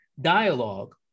dialogue